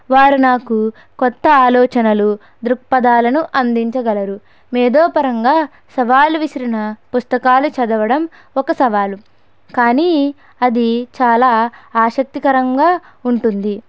వారు నాకు కొత్త ఆలోచనలు దృక్పథాలను అందించగలరు మేధోపరంగా సవాలు విసిరిన పుస్తకాలు చదవడం ఒక సవాలు కానీ అది చాలా ఆసక్తికరంగా ఉంటుంది